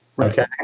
Okay